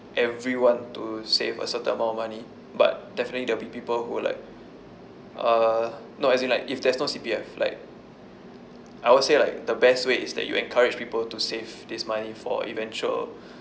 everyone to save a certain amount of money but definitely there'll be people who like uh no as in like if there's no C_P_F like I would say like the best way is that you encourage people to save this money for eventual